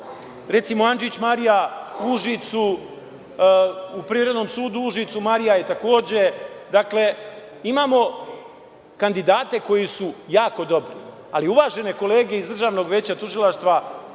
Recimo, Andžić Marija u Užicu, u Privrednom sudu u Užicu, Marija je takođe, imamo kandidate koji su jako dobri, ali uvažene kolege iz Državnog veća tužilaštva